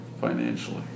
financially